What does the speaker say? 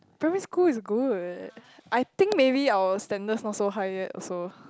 primary school is good I think maybe our standards not so high yet so